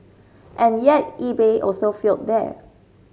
and yet eBay also failed there